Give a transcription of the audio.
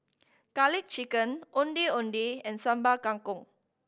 Garlic Chicken Ondeh Ondeh and Sambal Kangkong